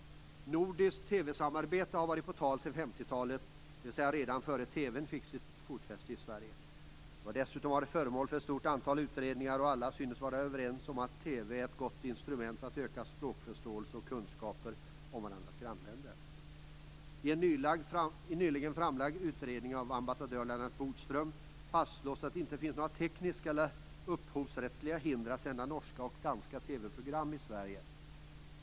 Nordiskt TV-samarbete har varit på tal sedan 50 talet, dvs. redan innan TV fick fotfäste i Sverige. Nordiskt TV-samarbete har dessutom varit föremål för ett stort antal utredningar. Alla synes vara överens om att TV är ett bra instrument för att öka språkförståelsen och kunskaperna om grannländerna. I en nyligen av ambassadör Lennart Bodström framlagd utredning fastslås att det inte finns vare sig tekniska eller upphovsrättsliga hinder för att sända norska och danska TV-program i Sverige.